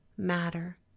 matter